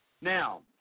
Now